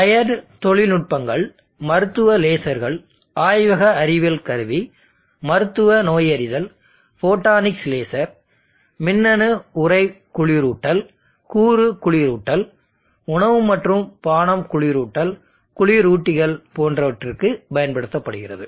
layered தொழில்நுட்பங்கள் மருத்துவ லேசர்கள் ஆய்வக அறிவியல் கருவி மருத்துவ நோயறிதல் ஃபோட்டானிக்ஸ் லேசர் மின்னணு உறை குளிரூட்டல் கூறு குளிரூட்டல் உணவு மற்றும் பானம் குளிரூட்டல் குளிரூட்டிகள் போன்றவற்றுக்கு பயன்படுத்தபடுகிறது